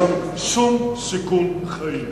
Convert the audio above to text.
לא היה שם שום סיכון חיים.